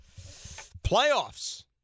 Playoffs